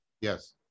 Yes